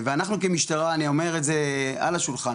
ואנחנו כמשטרה אני אומר את זה על השולחן